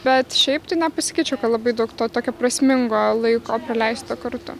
bet šiaip tai nepasakyčiau ka labai daug to tokio prasmingo laiko praleisto kartu